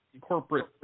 corporate